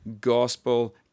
gospel